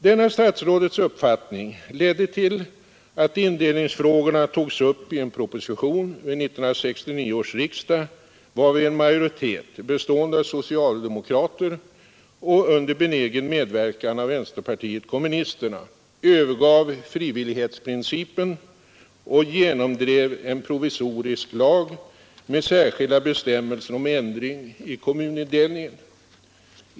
Denna statsrådets uppfattning ledde till att indelningsfrågorna togs upp i en proposition vid 1969 års riksdag, varvid en majoritet bestående av socialdemokrater och under benägen medverkan av vänsterpartiet kommunisterna övergav frivilligprincipen och genomdrev en provisorisk lag med särskilda bestämmelser om ändring i kommunindelningen.